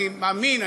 אני מאמין,